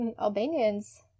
Albanians